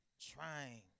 trying